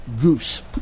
Goose